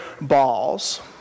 balls